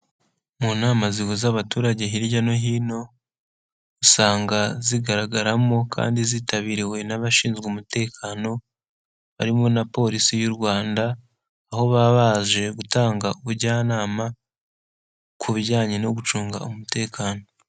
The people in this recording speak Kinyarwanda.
Mu nama zihuza abaturage hirya no hino usanga zigaragaramo kandi zitabiriwe n'abashinzwe umutekano, barimo na polisi y'u Rwanda aho baba baje gutanga ubujyanama ku bijyanye no gucunga umutekano.